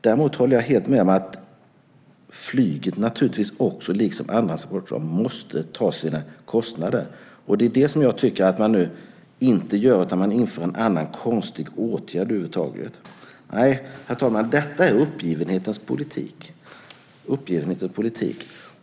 Däremot håller jag helt med om att flyget naturligtvis också, liksom andra transportslag, måste ta sina kostnader. Det är det jag tycker att man inte gör utan man inför en annan konstig åtgärd. Nej, herr talman, detta är en uppgivenhetens politik.